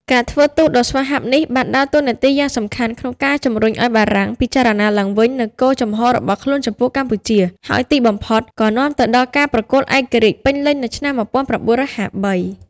ការធ្វើទូតដ៏ស្វាហាប់នេះបានដើរតួនាទីយ៉ាងសំខាន់ក្នុងការជំរុញឱ្យបារាំងពិចារណាឡើងវិញនូវគោលជំហររបស់ខ្លួនចំពោះកម្ពុជា ហើយទីបំផុតក៏នាំទៅដល់ការប្រគល់ឯករាជ្យពេញលេញនៅឆ្នាំ១៩៥៣។